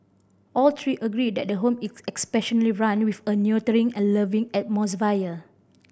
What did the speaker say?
all three agree that the home is run with a nurturing and loving atmosphere